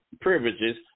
privileges